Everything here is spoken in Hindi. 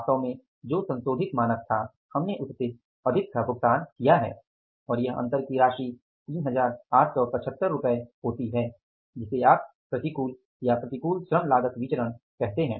वास्तव में जो संशोधित मानक था हमने उससे अधिक का भुगतान किया है और यह अंतर की राशि 3875 रूपए होती है जिसे आप प्रतिकूल या प्रतिकूल श्रम लागत विचरण कहते हैं